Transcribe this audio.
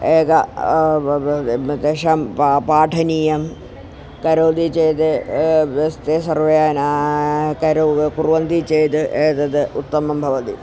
एकं तेषां पा पाठनीयं करोति चेत् व्यवस्था सर्वें करोति कुर्वन्ति चेत् एतत् उत्तमं भवति